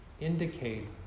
indicate